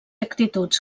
actituds